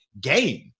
game